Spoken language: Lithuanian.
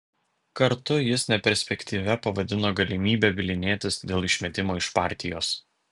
kartu jis neperspektyvia pavadino galimybę bylinėtis dėl išmetimo iš partijos